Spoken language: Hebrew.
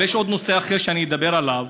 אבל יש עוד נושא אחר שאני אדבר עליו.